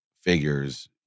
figures